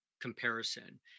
comparison